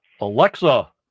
Alexa